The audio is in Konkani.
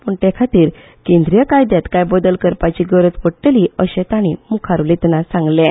पूण ते खातीर केंद्रीय कायद्यांत काय बदल करपाची गरज पडटली अशें तांणी मुखार सांगलें